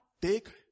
take